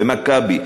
ב"מכבי",